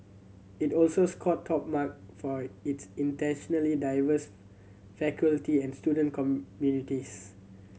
it also scored top mark for its internationally diverse faculty and student communities